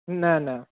न न